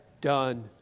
done